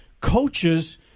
coaches